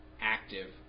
active